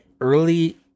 early